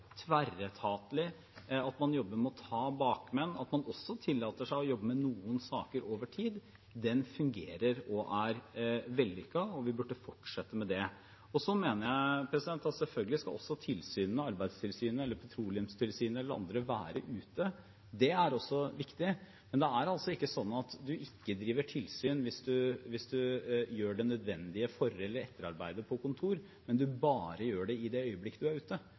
tverretatlig, at man jobber med å ta bakmenn, og at man også tillater seg å jobbe med noen saker over tid, fungerer og er vellykket, og at vi bør fortsette med det. Så mener jeg at selvfølgelig skal tilsynene – Arbeidstilsynet, Petroleumstilsynet eller andre – være ute. Det er også viktig, men det er altså ikke sånn at man ikke driver tilsyn hvis man gjør det nødvendige for- eller etterarbeidet på kontoret, men bare gjør det i det øyeblikket man er ute.